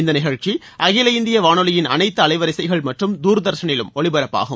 இந்த நிகழ்ச்சி அகில இந்திய வானொலியின் அனைத்து அலைவரிசைகள் மற்றும் தூர்தர்ஷனிலும் ஒலிபரப்பாகும்